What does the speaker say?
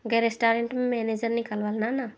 ఆ రెస్టారెంట్ మేనేజర్ని కలవాలా అన్నా